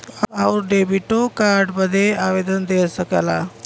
आउर डेबिटो कार्ड बदे आवेदन दे सकला